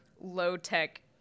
low-tech